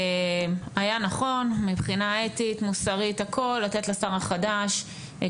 היה נכון מבחינה אתית, מוסרית, הכל, גם משפטית,